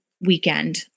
weekend